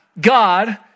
God